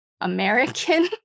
American